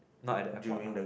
not at the airport lah